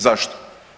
Zašto?